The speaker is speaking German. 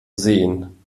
sehen